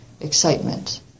excitement